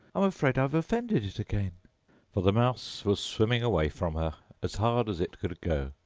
i'm afraid i've offended it again for the mouse was swimming away from her as hard as it could go,